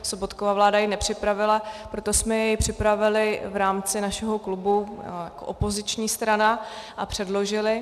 Sobotkova vláda jej nepřipravila, proto jsme jej připravili v rámci našeho klubu jako opoziční strana a předložili.